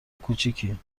کوچیکی